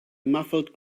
muffled